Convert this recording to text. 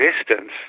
existence